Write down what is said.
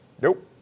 Nope